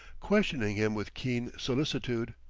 questioning him with keen solicitude.